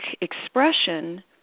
expression